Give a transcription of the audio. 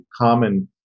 common